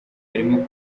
harimo